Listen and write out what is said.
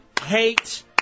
Hate